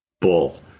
Bull